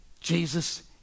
Jesus